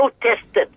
protested